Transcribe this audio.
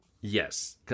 yes